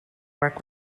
work